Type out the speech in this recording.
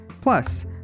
Plus